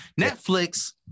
Netflix